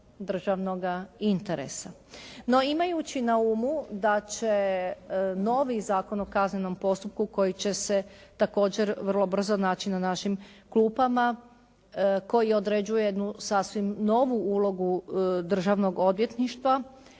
državnoga interesa. No imajući na umu da će novi Zakon o kaznenom postupku koji će se također vrlo brzo naći na našim klupama, koji određuje jednu sasvim novu ulogu državnog odvjetništva,